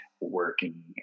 working